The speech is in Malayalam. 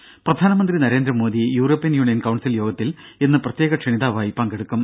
ത പ്രധാനമന്ത്രി നരേന്ദ്രമോദി യൂറോപ്യൻ യൂണിയൻ കൌൺസിൽ യോഗത്തിൽ ഇന്ന് പ്രത്യേക ക്ഷണിതാവായി പങ്കെടുക്കും